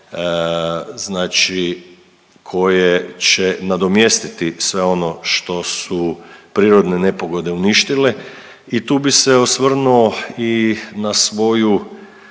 koje će nadomjestiti sve ono što su prirodne nepogode uništile i tu bi se osvrnuo na svoju